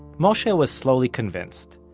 moshe was slowly convinced,